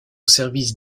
service